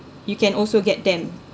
you can also get them